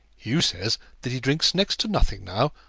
hugh says that he drinks next to nothing now,